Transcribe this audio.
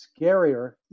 scarier